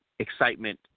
Excitement